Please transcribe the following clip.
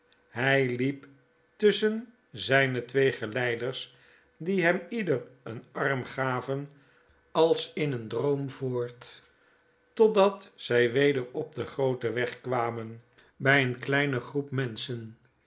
hy hep tusschen zyne jwee geleiders die hem ieder een arm gaven a s in een droom voort totdat zij weder op den grooten weg kwamen by eene kleine groep imenschen